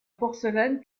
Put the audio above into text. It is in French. porcelaine